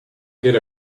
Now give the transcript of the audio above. get